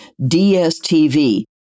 DSTV